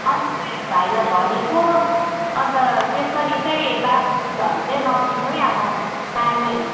अन्त चाहिँ भाइलाई भनेको अन्त त्यसरी चाहिँ बासी दुधहरू चाहिँ नदिनू है अब नानीहरू